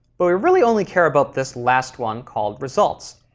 but we really only care about this last one called results.